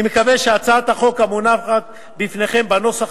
אני מקווה שהצעת החוק המונחת בפניכם בנוסח